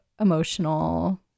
emotional